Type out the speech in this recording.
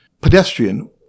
Pedestrian